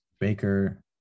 Baker